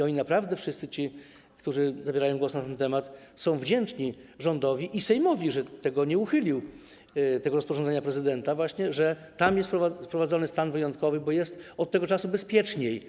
Oni naprawdę, wszyscy ci, którzy zabierają głos na ten temat, są wdzięczni rządowi i Sejmowi, że tego nie uchylił, tego rozporządzenia prezydenta właśnie, że tam jest wprowadzony stan wyjątkowy, bo jest od tego czasu bezpieczniej.